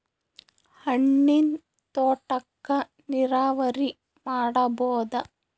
ಹಣ್ಣಿನ್ ತೋಟಕ್ಕ ನೀರಾವರಿ ಮಾಡಬೋದ?